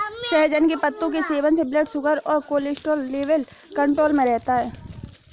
सहजन के पत्तों के सेवन से ब्लड शुगर और कोलेस्ट्रॉल लेवल कंट्रोल में रहता है